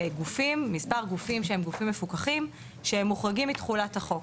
מספר גופים שהם גופים מפוקחים שהם מוחרגים מתכולת החוק.